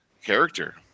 character